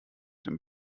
dem